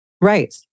Right